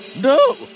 No